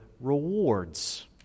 rewards